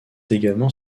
également